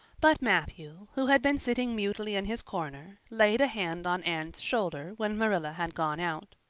but matthew, who had been sitting mutely in his corner, laid a hand on anne's shoulder when marilla had gone out.